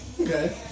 Okay